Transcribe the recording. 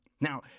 now